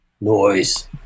Noise